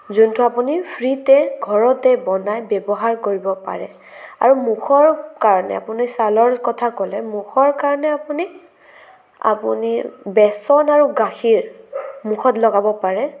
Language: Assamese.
যোনটো আপুনি ফ্ৰীতে ঘৰতে বনাই ব্যৱহাৰ কৰিব পাৰে আৰু মুখৰ কাৰণে আপুনি ছালৰ কথা ক'লে মুখৰ কাৰণে আপুনি আপুনি বেচন আৰু গাখীৰ মুখত লগাব পাৰে